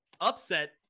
upset